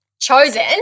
chosen